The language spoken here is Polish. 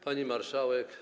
Pani Marszałek!